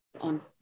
on